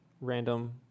random